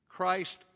Christ